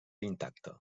intacte